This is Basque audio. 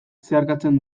zeharkatzen